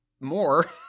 more